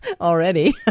already